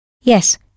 Yes